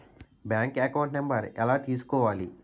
Bank account number ఎలా తీసుకోవాలి?